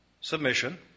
Submission